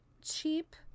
cheap